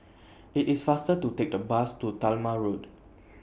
IT IS faster to Take The Bus to Talma Road